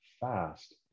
fast